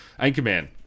anchorman